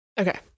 Okay